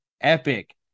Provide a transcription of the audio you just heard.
epic